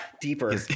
deeper